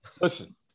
listen